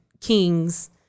kings